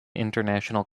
international